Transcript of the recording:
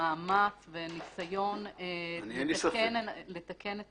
מאמץ וניסיון לתקן את